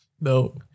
No